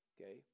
Okay